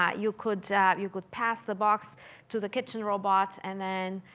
um you could you could pass the box to the kitchen robot. and then,